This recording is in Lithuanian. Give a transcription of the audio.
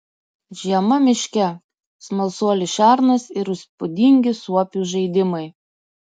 žiema miške smalsuolis šernas ir įspūdingi suopių žaidimai